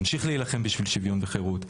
נמשיך להילחם בשביל שוויון וחירות,